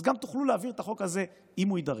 אז גם תוכלו להעביר את החוק הזה, אם הוא יידרש.